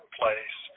place